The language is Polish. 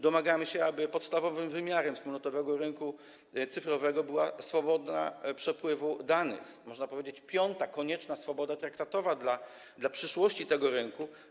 Domagamy się, aby podstawowym wymiarem wspólnotowego rynku cyfrowego była swoboda przepływu danych, czyli, można powiedzieć, piąta konieczna swoboda traktatowa dla rozwoju, przyszłości tego rynku.